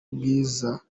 bwiza